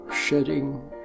Shedding